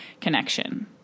connection